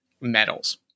medals